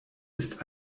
ist